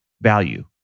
value